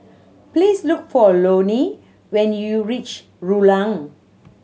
please look for Loney when you reach Rulang